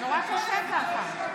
חברת הכנסת סטרוק.